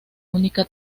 única